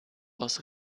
aus